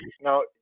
Now